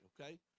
okay